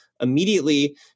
immediately